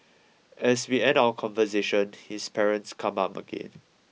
as we end our conversation his parents come up again